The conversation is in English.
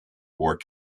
wore